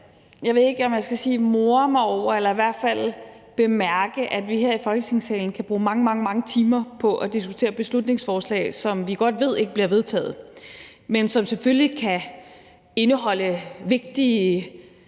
bare ikke lade være med at om ikke more os over, så i hvert fald bemærke, at vi her i Folketingssalen kan bruge mange, mange timer på at diskutere beslutningsforslag, som vi godt ved ikke bliver vedtaget, men som selvfølgelig kan berøre vigtige